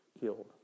killed